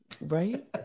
Right